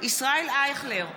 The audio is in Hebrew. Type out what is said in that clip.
ישראל אייכלר,